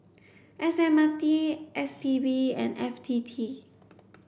S M R T S T B and F T T